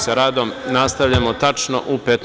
Sa radom nastavljamo tačno u 15,